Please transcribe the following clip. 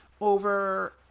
over